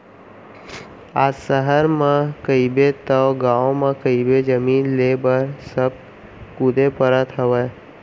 आज सहर म कहिबे तव गाँव म कहिबे जमीन लेय बर सब कुदे परत हवय